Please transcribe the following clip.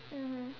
mmhmm